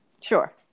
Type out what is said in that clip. Sure